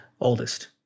Oldest